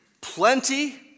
plenty